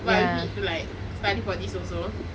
but need to like study for this also